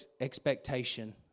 expectation